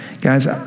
Guys